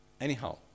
Anyhow